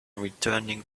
returning